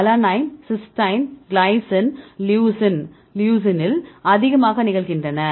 alanine cysteine glycine மற்றும் leucine இல் அதிகமாக நிகழ்கின்றன